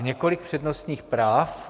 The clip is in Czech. Několik přednostních práv.